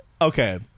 Okay